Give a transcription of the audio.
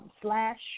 slash